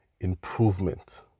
improvement